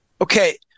Okay